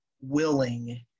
willing